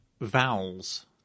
vowels